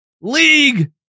league